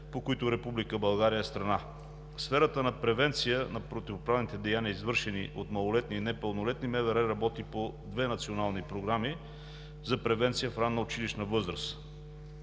по които Република България е страна. В сферата на превенция на противоправните деяния, извършени от малолетни и непълнолетни, МВР работи по две национални програми за превенция в ранна училищна възраст.